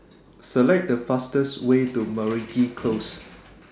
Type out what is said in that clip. Select The fastest Way to Meragi Close